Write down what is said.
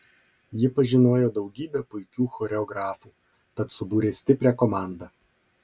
ji pažinojo daugybę puikių choreografų tad subūrė stiprią komandą